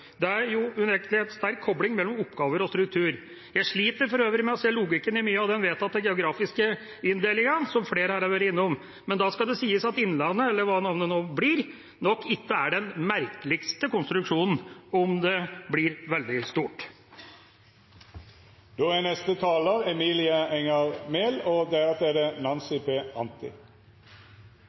Det er jo unektelig en sterk kobling mellom oppgaver og struktur. Jeg sliter for øvrig med å se logikken i mye av den vedtatte geografiske inndelingen, som flere her har vært innom. Men da skal det sies at Innlandet – eller hva navnet nå blir – nok ikke er den merkeligste konstruksjonen, om det blir veldig stort. Jeg er enormt skuffet over regjeringen, Venstre og kanskje spesielt Kristelig Folkeparti, for selv om ingen er